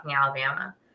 Alabama